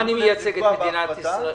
גם אני מייצג את מדינת ישראל.